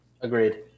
Agreed